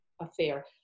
affair